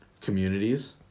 communities